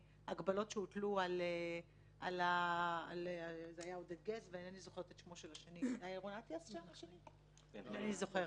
הגבלות שהוטלו על עודד גז ועל סרבן הגט השני שאת שמו אני לא זוכרת.